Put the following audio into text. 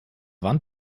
wand